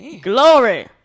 glory